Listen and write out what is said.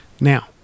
Now